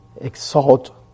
exalt